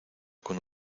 con